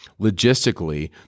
Logistically